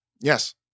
Yes